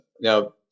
Now